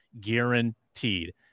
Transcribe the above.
guaranteed